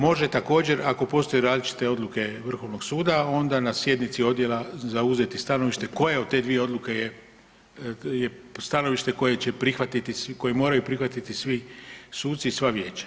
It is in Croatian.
Može također ako postoje različite odluke Vrhovnog suda onda na sjednici odjela zauzeti stanovište koja od tih dvije odluke je stanovište koje će prihvatiti svi, koje moraju prihvatiti svi suci i sva vijeća.